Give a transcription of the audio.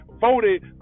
voted